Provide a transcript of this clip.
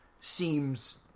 seems